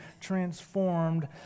transformed